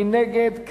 מי נגד?